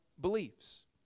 beliefs